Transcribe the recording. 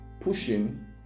pushing